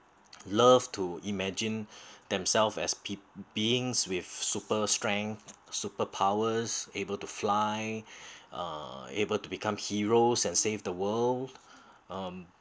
love to imagine themselves as pe~ being with super strength superpowers able to fly uh able to become heroes and save the world um